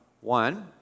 one